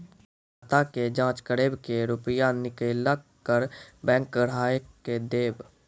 खाता के जाँच करेब के रुपिया निकैलक करऽ बैंक ग्राहक के देब?